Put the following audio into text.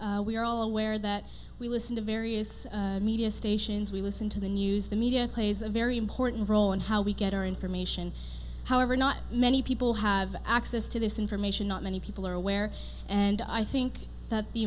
awareness we are all aware that we listen to various media stations we listen to the news the media plays a very important role in how we get our information however not many people have access to this information not many people are aware and i think that the